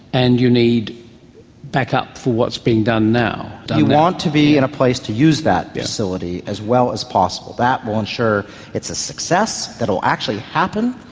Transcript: and you need back-up for what's being done now. you want to be in a place to use that facility as well as possible. that will ensure it's a success, that it will actually happen.